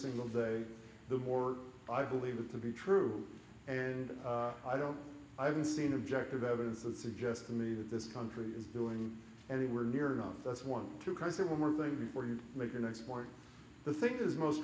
single day the more i believe it to be true and i don't i haven't seen objective evidence that suggests to me that this country is doing anywhere near enough that's one to present one more thing before you make your next war the thing is most